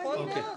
נכון מאוד.